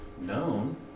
known